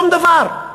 שום דבר.